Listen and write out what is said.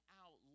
out